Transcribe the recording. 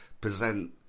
present